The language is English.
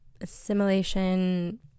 assimilation